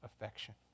affection